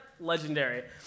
legendary